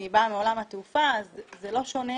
אני באה מעולם התעופה, זה לא שונה